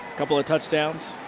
couple of touchdowns.